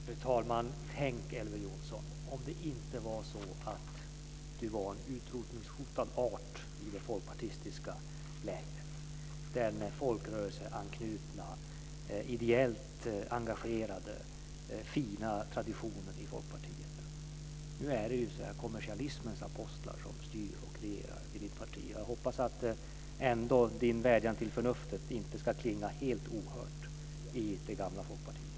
Fru talman! Tänk, Elver Jonsson, om det inte var så att Elver Jonsson var en utrotningshotad art i det folkpartistiska lägret - den folkrörelseanknutna, ideellt engagerade, fina traditionen i Folkpartiet. Nu är det ju kommersialismens apostlar som styr och regerar i Elver Jonssons parti. Jag hoppas ändå att Elver Jonssons vädjan till förnuftet inte ska klinga helt ohört i det gamla Folkpartiet.